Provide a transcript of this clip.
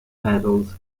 medals